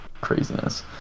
Craziness